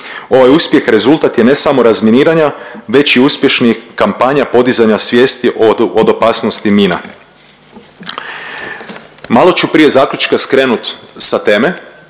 Ovaj uspjeh rezultat je ne samo razminiranja već i uspješnih kampanja podizanja svijesti od opasnosti mina. Malo ću prije zaključka skrenut sa teme,